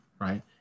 right